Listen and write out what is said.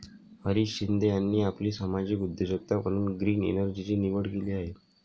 हरीश शिंदे यांनी आपली सामाजिक उद्योजकता म्हणून ग्रीन एनर्जीची निवड केली आहे